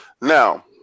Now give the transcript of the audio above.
Now